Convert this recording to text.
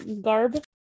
garb